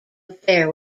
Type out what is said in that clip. affair